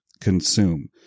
consume